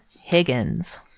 Higgins